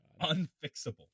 unfixable